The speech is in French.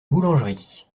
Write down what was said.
boulangerie